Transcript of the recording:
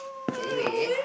K anyway